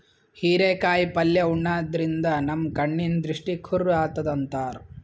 ಹಿರೇಕಾಯಿ ಪಲ್ಯ ಉಣಾದ್ರಿನ್ದ ನಮ್ ಕಣ್ಣಿನ್ ದೃಷ್ಟಿ ಖುರ್ ಆತದ್ ಅಂತಾರ್